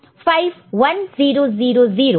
5 1000 है और 7 1010 है